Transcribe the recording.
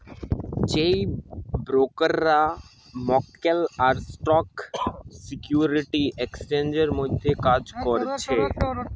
যেই ব্রোকাররা মক্কেল আর স্টক সিকিউরিটি এক্সচেঞ্জের মধ্যে কাজ করছে